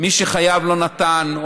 מי שחייב לא נתן,